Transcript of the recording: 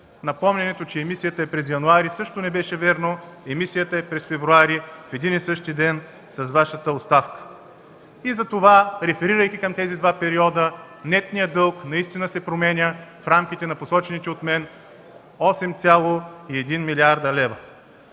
Напомнянето, че емисията е през януари, също не беше вярно – емисията е през февруари, в един и същи ден с Вашата оставка. Затова реферирайки към тези два периода, нетният дълг наистина се променя в рамките на посочените от мен 8,1 млрд. лв.